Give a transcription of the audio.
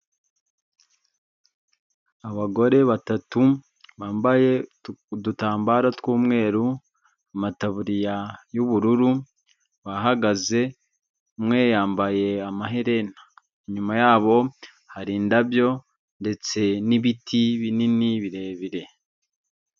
Abagore batatu bambaye udutambaro tw'umweru, amataburiya y'ubururu bahagaze umwe yambaye amaherena ,inyuma yabo hari indabyo ndetse n'ibiti binini birebire.